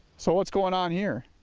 so what's going on here?